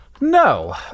No